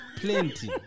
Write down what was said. plenty